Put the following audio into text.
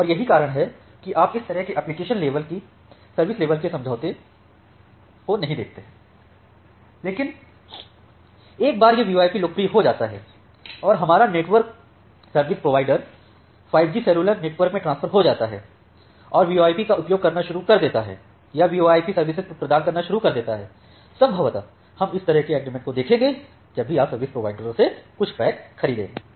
और यही कारण है कि आप इस तरह के एप्लीकेशन लेवल के सर्विस लेवल के समझौतों को नहीं देखते हैं लेकिन एक बार यह वीओआईपी लोकप्रिय हो जाता है और हमारा network service provider 5G cellular network में ट्रांसफर हो जाता है और वीओआईपी सर्विसेज का उपयोग करना शुरू कर देता है या वीओआईपी सर्विसएं प्रदान करना शुरू कर देता है संभवतः हम इस तरह के एग्रीमेंट को देखेंगे जब भी आप सर्विस प्रोवाइडरओं से कुछ पैक खरीदेंगें